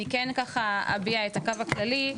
אני כן אביע את הקו הכללי,